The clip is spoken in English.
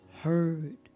heard